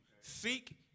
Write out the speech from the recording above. Seek